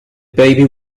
baby